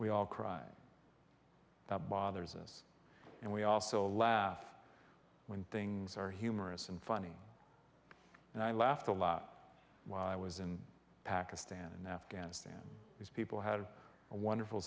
we all cry that bothers us and we also laugh when things are humorous and funny and i laughed a lot while i was in pakistan and afghanistan these people had a wonderful